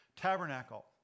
Tabernacle